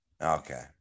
Okay